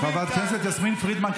חברת הכנסת יסמין פרידמן,